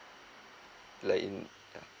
like in